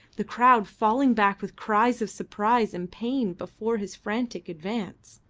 the crowd falling back with cries of surprise and pain before his frantic advance.